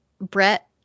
Brett